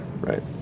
Right